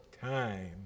time